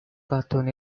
cartoon